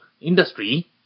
industry